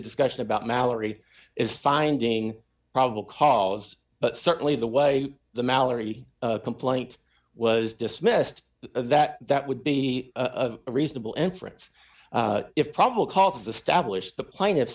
discussion about mallory is finding probable cause but certainly the way the malory complaint was dismissed that that would be a reasonable inference if probable cause of the stablished the plaintiffs